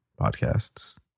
podcasts